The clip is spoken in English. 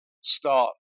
start